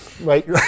right